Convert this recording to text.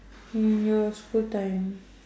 in your school time